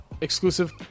exclusive